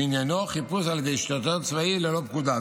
שעניינו חיפוש על ידי שוטר צבאי ללא פקודה,